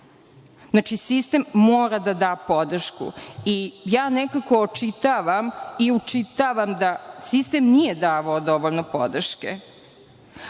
Znači, sistem mora da da podršku. Ja nekako očitavam i učitavam da sistem nije davao dovoljno podrške. Ako